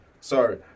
Sorry